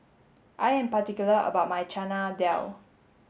I am particular about my Chana Dal